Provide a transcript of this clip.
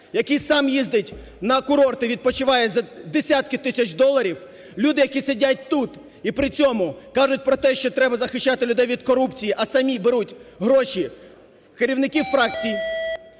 який сам їздить на курорти, відпочиває за десятки тисяч доларів, люди, які сидять тут і при цьому кажуть про те, що треба захищати людей від корупції, а самі беруть гроші. Керівники фракцій,